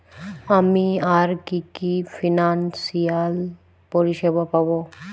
আমি আর কি কি ফিনান্সসিয়াল পরিষেবা পাব?